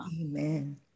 Amen